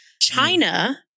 China